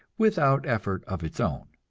without effort of its own.